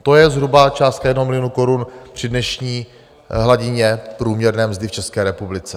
To je zhruba částka 1 milionu korun při dnešní hladině průměrné mzdy v České republice.